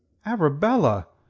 arabella!